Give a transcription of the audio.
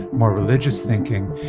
more religious thinking,